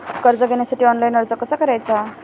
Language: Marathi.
कर्ज घेण्यासाठी ऑनलाइन अर्ज कसा करायचा?